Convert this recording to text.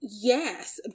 Yes